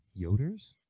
Yoders